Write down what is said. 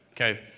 Okay